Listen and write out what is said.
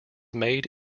made